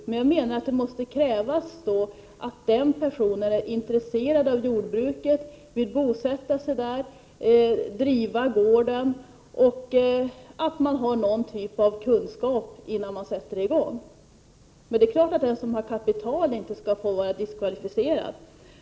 Men jag menar att det måste krävas att den personen är intresserad av jordbruket, vill bosätta sig där och driva gården samt att vederbörande har någon typ av kunskap, innan han sätter i gång. Det är klart att den som har kapital inte skall vara diskvalificerad.